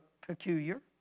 peculiar